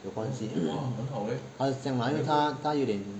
有关系他是这样 mah 因为他他有点